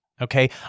Okay